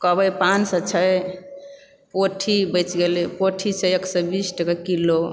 कवई पाँच सए छै पोठी बचि गेलै पोठी छै एक सए बीस टके किलो